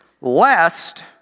Lest